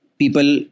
people